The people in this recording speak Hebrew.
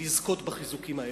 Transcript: לזכות בחיזוקים האלה.